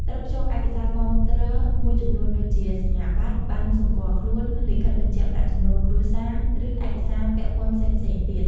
ត្រូវភ្ជាប់ឯកសារគាំទ្រមួយចំនួនដូចជាសញ្ញាបត្រ ប័ណ្ណសម្គាល់ខ្លួន លិខិតបញ្ជាក់ប្រាក់ចំណូលគ្រួសារ ឬឯកសារពាក់ព័ន្ធផ្សេងៗទៀត។